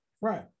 right